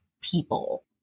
people